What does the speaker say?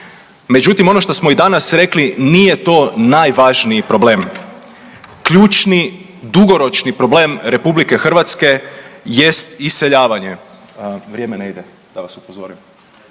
Međutim, ono što smo i danas rekli nije to najvažniji problem, ključni i dugoročni problem RH jest iseljavanje. Vrijeme ne ide da vas upozorim…/Upadica